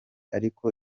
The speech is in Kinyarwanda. ariko